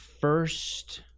first